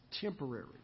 temporary